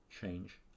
change